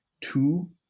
Two